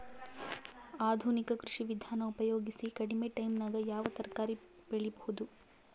ಆಧುನಿಕ ಕೃಷಿ ವಿಧಾನ ಉಪಯೋಗಿಸಿ ಕಡಿಮ ಟೈಮನಾಗ ಯಾವ ತರಕಾರಿ ಬೆಳಿಬಹುದು?